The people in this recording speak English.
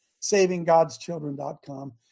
SavingGod'sChildren.com